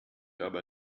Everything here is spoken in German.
aber